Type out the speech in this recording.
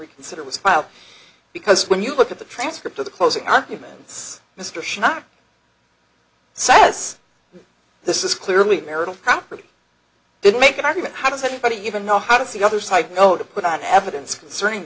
reconsider was filed because when you look at the transcript of the closing arguments mr schott sighs this is clearly marital property didn't make an argument how does anybody even know how to see the other side no to put out evidence concerning